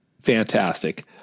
fantastic